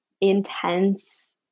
intense